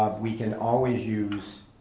ah we can always use